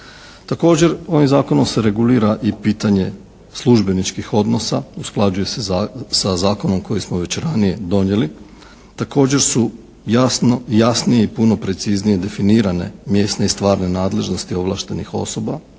Također, ovim zakonom se regulira i pitanje službeničkih odnosa, usklađuje se sa zakonom koji smo već ranije donijeli. Također su jasnije i puno preciznije definirane mjesne i stvarne nadležnosti ovlaštenih osoba,